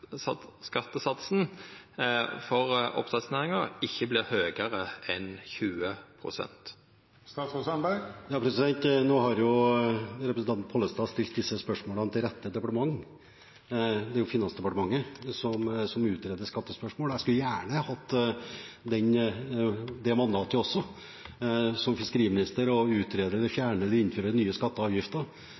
for oppdrettsnæringa ikkje vert høgare enn 20 pst. Nå har representanten Pollestad stilt disse spørsmålene til mitt departement – det er Finansdepartementet som utreder skattespørsmål. Jeg skulle som fiskeriminister også gjerne hatt mandat til å utrede, fjerne eller innføre nye skatter og avgifter. Da tror jeg sannsynligheten for at det hadde forsvunnet noen avgifter,